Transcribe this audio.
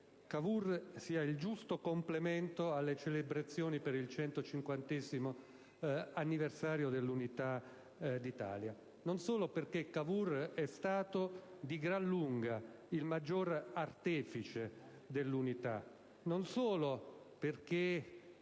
Cavour sia il giusto complemento alle celebrazioni per il 150º anniversario dell'Unità d'Italia; non solo perché Cavour è stato di gran lunga il maggior artefice dell'Unità e nemmeno solo perché